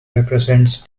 represents